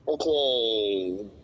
Okay